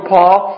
Paul